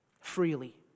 freely